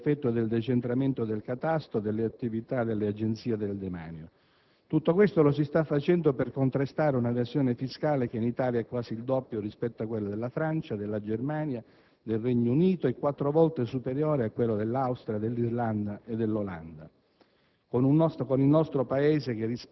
per non parlare dei risultati positivi per effetto del decentramento del catasto e delle attività delle Agenzie del demanio. Tutto questo lo si sta facendo per contrastare un'evasione fiscale che in Italia è quasi doppia rispetto a quella della Francia, della Germania, del Regno Unito e quattro volte superiore a quella dell'Austria, dell'Irlanda e dell'Olanda.